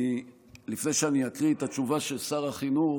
לפני שאקריא את התשובה של שר החינוך,